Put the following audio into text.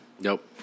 Nope